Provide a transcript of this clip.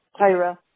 Tyra